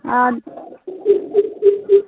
आ